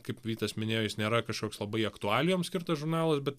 kaip vytas minėjo jis nėra kažkoks labai aktualijoms skirtas žurnalas bet